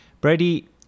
Brady